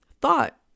thought